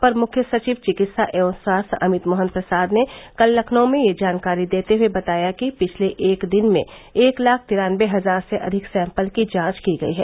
अपर मुख्य सचिव चिकित्सा एवं स्वास्थ्य अमित मोहन प्रसाद ने कल लखनऊ में यह जानकारी देते हुए बताया कि पिछले एक दिन में एक लाख तिरान्नबे हजार से अधिक सैम्पल की जांच की गई है